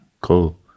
Cool